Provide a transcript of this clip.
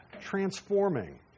transforming